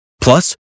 Plus